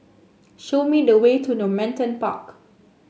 show me the way to Normanton Park